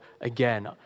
again